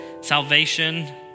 salvation